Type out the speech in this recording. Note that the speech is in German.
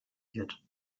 wird